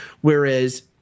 whereas –